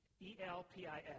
E-L-P-I-S